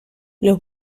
los